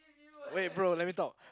wait bro let me talk